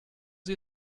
sie